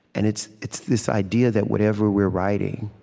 and it's it's this idea that whatever we're writing,